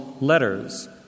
letters